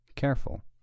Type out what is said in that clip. Careful